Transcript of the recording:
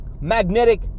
magnetic